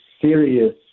serious